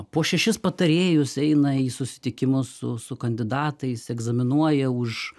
po šešis patarėjus eina į susitikimus su su kandidatais egzaminuoja už